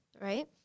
right